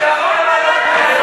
מה הבעיה עם ועדת חינוך?